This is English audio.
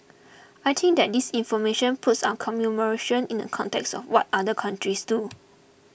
I think that this information puts our commemoration in the context of what other countries do